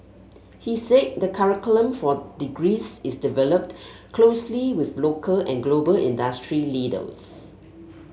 he said the curriculum for degrees is developed closely with local and global industry leaders